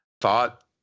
thought